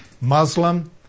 Muslim